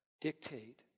dictate